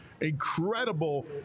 Incredible